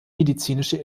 medizinische